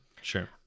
Sure